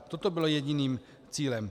Toto bylo jediným cílem.